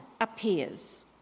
appears